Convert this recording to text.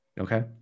Okay